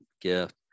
gift